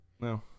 No